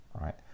right